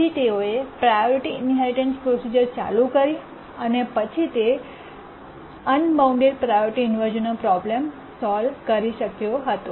પછી તેઓ એ પ્રાયોરિટી ઈન્હેરિટન્સ પ્રોસિજર ચાલુ કરી અને પછી તે અનબાઉન્ડ પ્રાયોરિટી ઇન્વર્શ઼નનો પ્રોબ્લેમ સોલ કરી શક્યો હતો